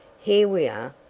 here we are.